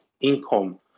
income